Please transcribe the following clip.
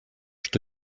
что